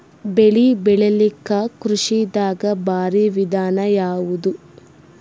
ಬೆಳೆ ಬೆಳಿಲಾಕ ಕೃಷಿ ದಾಗ ಭಾರಿ ವಿಧಾನ ಯಾವುದು?